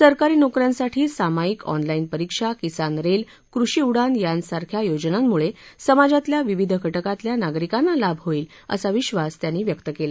सरकारी नोकऱ्यांसाठी सामाईक ऑन लाईन परीक्षा किसान रेल कृषी उडान यांसारख्या योजनांमुळे समाजातल्या विविध घटकातल्या नागरिकांना लाभ होईल असा विधास त्यांनी व्यक्त केला